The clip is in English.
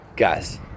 Guys